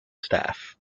staff